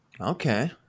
Okay